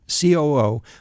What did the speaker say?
COO